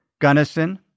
Gunnison